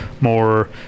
more